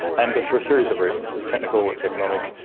and that's for a series of reasons, it's technical, it's economic,